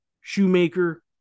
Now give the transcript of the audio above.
Shoemaker